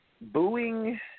Booing